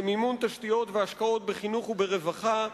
למימון תשתיות והשקעות בחינוך וברווחה,